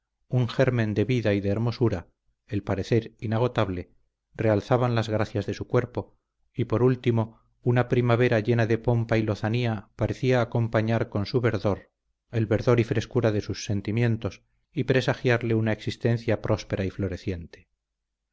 un germen de vida y de hermosura el parecer inagotable realzaban las gracias de su cuerpo y por último una primavera llena de pompa y lozanía parecía acompañar con su verdor el verdor y frescura de sus sentimientos y presagiarle una existencia próspera y floreciente